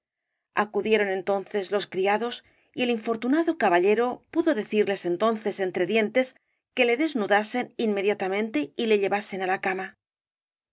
acudieron entonces los criados y el infortunado caballero pudo decirles entonces entre dientes que le desnudasen inmediatamente y le llevasen á la cama